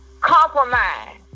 Compromise